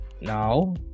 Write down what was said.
Now